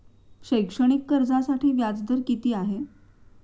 शैक्षणिक कर्जासाठी व्याज दर किती आहे?